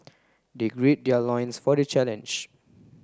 they gird their loins for the challenge